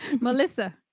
Melissa